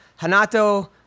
Hanato